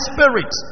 Spirit